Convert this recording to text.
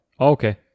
Okay